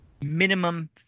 Minimum